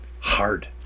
hard